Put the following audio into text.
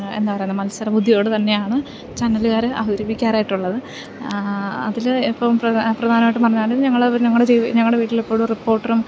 എന്താ പറയുന്നത് മത്സര ബുദ്ധിയോട് തന്നെയാണ് ചാനലുകാർ അവതരിപ്പിക്കാറായിട്ടുള്ളത് അതിൽ ഇപ്പോം പ്രധാനമായിട്ട് പറഞ്ഞാൽ ഞങ്ങൾ ഞങ്ങളുടെ ജീ വി ഞങ്ങളുടെ വീട്ടിൽ എപ്പോഴും റിപ്പോർട്ടറും